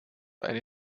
eine